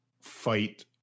fight